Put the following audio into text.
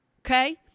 okay